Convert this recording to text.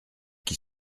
qui